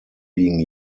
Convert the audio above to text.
being